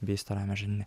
bei storajame žarnyne